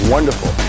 Wonderful